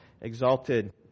exalted